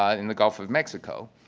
ah in the gulf of mexico.